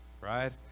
right